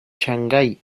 shanghai